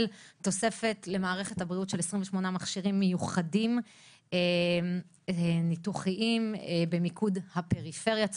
של תוספת של 28 מכשירים מיוחדים ניתוחיים במיקוד לפריפריה.